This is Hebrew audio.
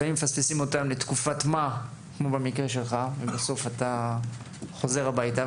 לפעמים מפספסים אותם לתקופת מה כמו במקרה שלך כאשר בסוף אתה חוזר הביתה,